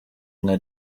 nka